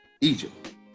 Egypt